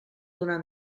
donar